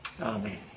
Amen